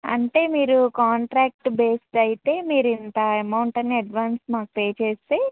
అంటే మీరు contract based అయితే మీరు ఇంత అమౌంట్ అని అడ్వాన్స్ మాకు పే చేసి